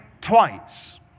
twice